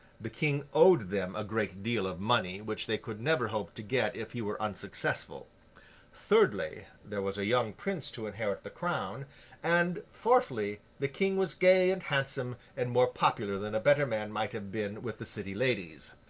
the king owed them a great deal of money, which they could never hope to get if he were unsuccessful thirdly, there was a young prince to inherit the crown and fourthly, the king was gay and handsome, and more popular than a better man might have been with the city ladies.